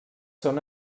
són